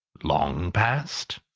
long past?